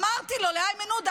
אמרתי לאיימן עודה,